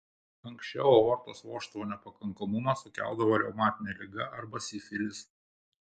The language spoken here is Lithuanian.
anksčiau aortos vožtuvo nepakankamumą sukeldavo reumatinė liga arba sifilis